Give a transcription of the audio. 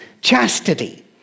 chastity